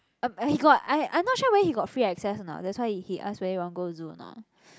he got I I'm not sure whether he got free access or not that's why he asked whether you want go zoo or not